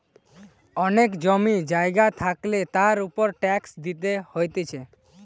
অনেক জমি জায়গা থাকলে তার উপর ট্যাক্স দিতে হতিছে